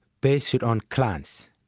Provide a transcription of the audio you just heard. based on class.